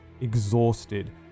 exhausted